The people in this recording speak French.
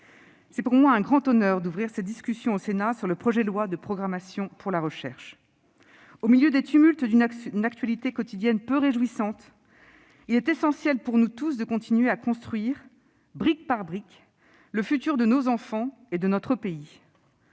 c'est pour moi un grand honneur d'ouvrir cette discussion au Sénat sur le projet de loi de programmation de la recherche. Au milieu des tumultes d'une actualité quotidienne peu réjouissante, il est essentiel pour nous tous de continuer à construire, brique par brique, le futur de nos enfants et de notre pays.